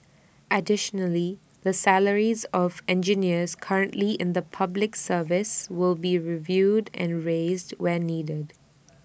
additionally the salaries of engineers currently in the Public Service will be reviewed and raised where needed